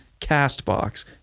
Castbox